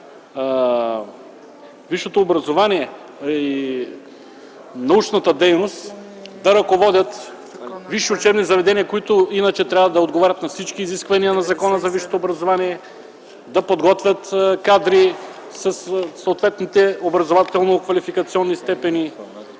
висшето образование, а и научната дейност, да ръководят висши учебни заведения, които иначе трябва да отговарят на всички изисквания на Закона за висшето образование, да подготвят кадри със съответните образователно-квалификационни степени.